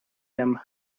him